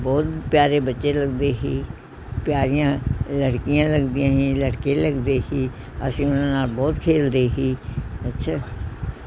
ਬਹੁਤ ਪਿਆਰੇ ਬੱਚੇ ਲੱਗਦੇ ਸੀ ਪਿਆਰੀਆਂ ਲੜਕੀਆਂ ਲੱਗਦੀਆਂ ਸੀ ਲੜਕੇ ਲੱਗਦੇ ਸੀ ਅਸੀਂ ਉਨ੍ਹਾਂ ਨਾਲ ਬਹੁਤ ਖੇਡਦੇ ਸੀ ਅੱਛਾ